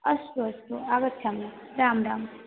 अस्तु अस्तु आगच्छामि रां राम्